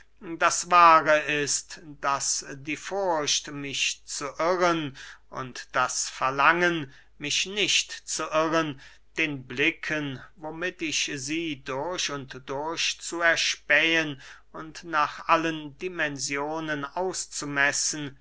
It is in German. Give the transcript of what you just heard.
das wahre ist daß die furcht mich zu irren und das verlangen mich nicht zu irren den blicken womit ich sie durch und durch zu erspähen und nach allen dimensionen auszumessen